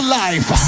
life